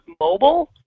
mobile